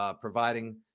providing